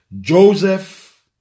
Joseph